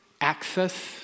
access